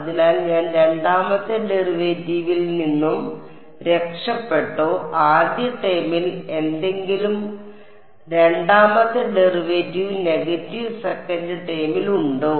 അതിനാൽ ഞാൻ രണ്ടാമത്തെ ഡെറിവേറ്റീവിൽ നിന്ന് രക്ഷപ്പെട്ടോ ആദ്യ ടേമിൽ ഏതെങ്കിലും രണ്ടാമത്തെ ഡെറിവേറ്റീവ് നെഗറ്റീവ് സെക്കന്റ് ടേമിൽ ഉണ്ടോ